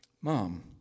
Mom